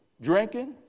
drinking